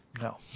no